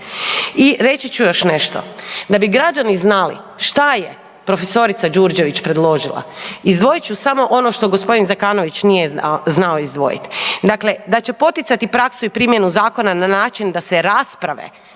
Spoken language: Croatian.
I reći ću još nešto, da bi građani znali šta je profesorica Đurđević predložila, izdvojit ću samo ono što gospodin Zekanović nije znao izdvojiti, dakle da će poticati praksu i primjenu Zakona na način da se rasprave,